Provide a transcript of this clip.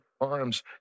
arms